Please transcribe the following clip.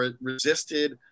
resisted